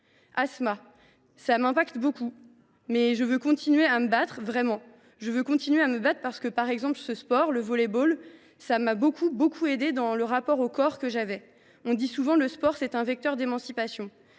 Assma :« Ça m’impacte beaucoup. Mais je veux continuer à me battre, vraiment. Je veux continuer à me battre, parce que par exemple ce sport, le volleyball, ça m’a beaucoup, beaucoup aidée dans le rapport au corps que j’avais. On dit souvent : “le sport, c’est un vecteur d’émancipation”.